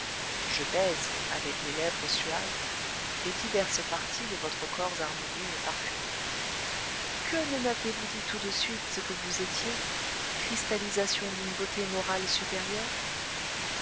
je baise avec mes lèvres suaves les diverses parties de votre corps harmonieux et parfumé que ne maviez vous dit tout de suite ce que vous étiez cristallisations d'une beauté morale supérieure